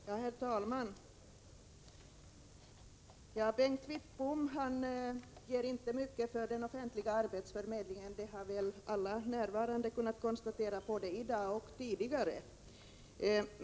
Herr talman! Bengt Wittbom ger inte mycket för den offentliga arbetsförmedlingen — det har väl alla närvarande kunnat konstatera både i dag och tidigare.